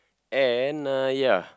and uh ya